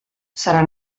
serà